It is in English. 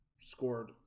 scored